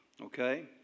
okay